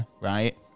right